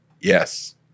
yes